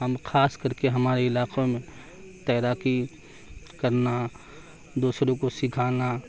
ہم خاص کر کے ہمارے علاقوں میں تیراکی کرنا دوسروں کو سکھانا